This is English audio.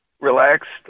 relaxed